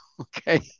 Okay